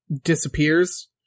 disappears